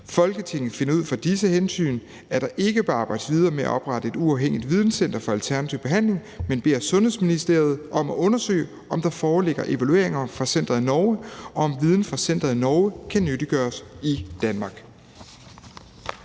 Folketinget finder ud fra disse hensyn, at der ikke bør arbejdes videre med at oprette et uafhængigt videncenter for alternativ behandling, men beder Sundhedsministeriet om at undersøge, om der foreligger evalueringer fra centeret i Norge, og om viden fra centeret i Norge kan nyttiggøres i Danmark.«